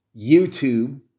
YouTube